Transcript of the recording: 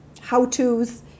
how-tos